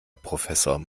professor